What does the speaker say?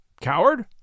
coward